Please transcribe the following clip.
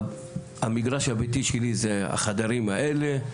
המגרש הביתי שלי זה החדרים האלה,